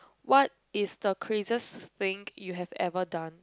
what is the craziest thing you have ever done